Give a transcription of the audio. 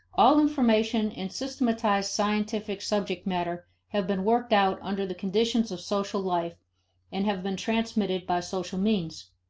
all information and systematized scientific subject matter have been worked out under the conditions of social life and have been transmitted by social means.